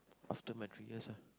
after my three years lah